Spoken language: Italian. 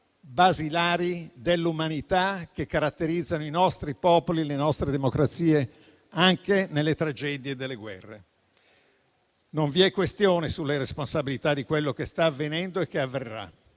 basilari dell'umanità che caratterizzano i nostri popoli e le nostre democrazie anche nelle tragedie delle guerre. Non vi è questione sulle responsabilità di quello che sta avvenendo e che avverrà.